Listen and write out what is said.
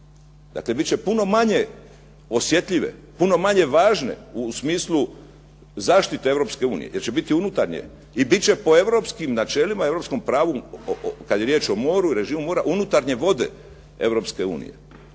Dakle, bit će puno manje osjetljive, puno manje važne u smislu zaštite Europske unije jer će biti unutarnje i bit će po europskim načelima i europskom pravu kad je riječ o moru i režimu mora unutarnje vode